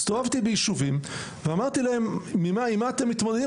הסתובבתי ביישובים ושאלתי אותם: עם מה אתם מתמודדים?